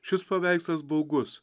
šis paveikslas baugus